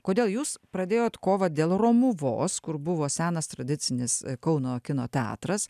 kodėl jūs pradėjot kovą dėl romuvos kur buvo senas tradicinis kauno kino teatras